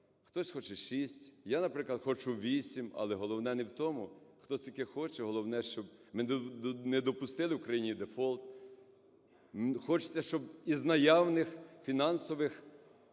Хтось хоче 6, я, наприклад, хочу 8, але головне не в тому, хто скільки хоче, головне, щоб ми не допустили в Україні дефолт, хочеться, щоб із наявних фінансових